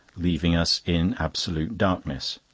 leaving us in absolute darkness.